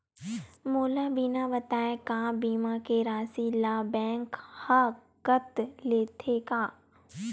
मोला बिना बताय का बीमा के राशि ला बैंक हा कत लेते का?